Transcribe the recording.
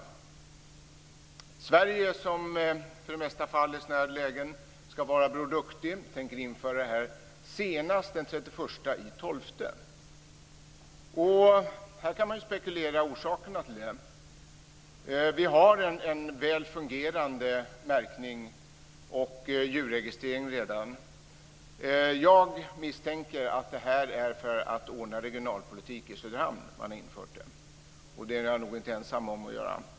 Sverige, som i de flesta sådana här lägen skall vara bror Duktig, tänker införa det här senast den 31 december. Man kan spekulera över orsakerna till det. Vi har redan en väl fungerande märkning och djurregistrering. Jag misstänker att bakgrunden till åtgärden är regionalpolitik i Söderhamn. Jag är nog inte ensam om att tro det.